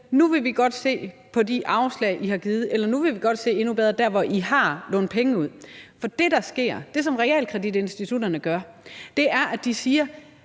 Nu vil vi godt se på de afslag, I har givet, eller nu vil vi – endnu bedre – se der, hvor I har lånt penge ud. For det, som realkreditinstitutterne gør, er, at de siger: